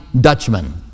Dutchman